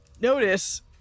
notice